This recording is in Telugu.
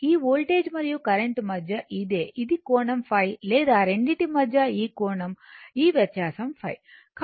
ఈ వోల్టేజ్ మరియు కరెంట్ మధ్య ఇదే ఇది కోణం ϕలేదా రెండిటి మధ్య ఈ కోణం ఈ వ్యత్యాసం ϕ